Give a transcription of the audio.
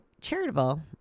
charitable